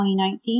2019